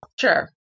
Sure